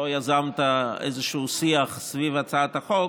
לא יזמת איזה שיח סביב הצעת החוק,